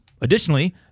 Additionally